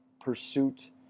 pursuit